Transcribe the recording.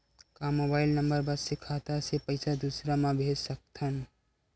का mobile number बस से खाता से पईसा दूसरा मा भेज सकथन?